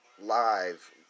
live